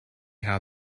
how